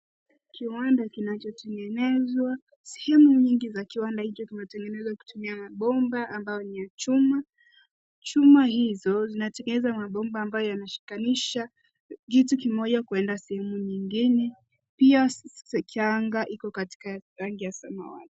Kiwanda kinachotengenezwa. Sehemu nyingi za kiwanda hicho kimetengenezwa kutumia mabomba ambayo ni ya chuma. Chuma hizo zinatengeneza na mabomba amabayo yanashikanisha kiti kimoja kuenda sehemu nyingine. Pia anga iko katika rangi ya samawati.